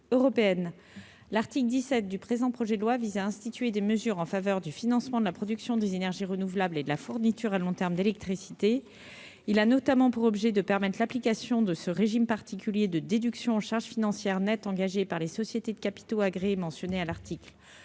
L'article 17 institue des mesures en faveur du financement de la production des énergies renouvelables et de la fourniture à long terme d'électricité. Il a notamment pour objet de permettre l'application de ce régime particulier de déduction aux charges financières nettes engagées par les sociétés de capitaux agréées mentionnées à l'article